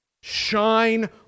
shine